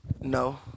No